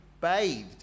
bathed